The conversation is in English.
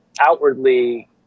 outwardly